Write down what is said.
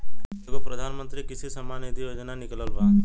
एगो प्रधानमंत्री कृषि सम्मान निधी योजना निकलल बा